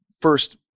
first